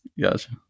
Gotcha